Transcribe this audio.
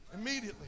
immediately